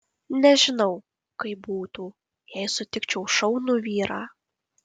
nežinau kaip būtų jei sutikčiau šaunų vyrą